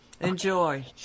Enjoy